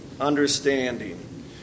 understanding